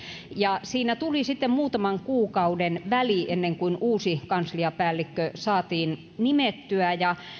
ja siinä tuli sitten muutaman kuukauden väli ennen kuin uusi kansliapäällikkö saatiin nimettyä